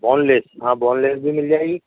bone لیس ہاں boneless بھی مِل جائے گی